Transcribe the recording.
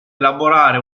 elaborare